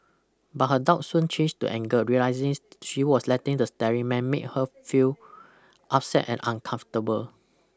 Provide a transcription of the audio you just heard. but her doubt soon changed to anger realising she was letting the staring man make her feel upset and uncomfortable